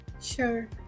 Sure